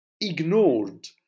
ignored